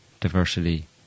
diversity